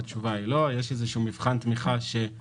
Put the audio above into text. למה זה הולך?